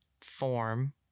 form